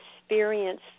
experience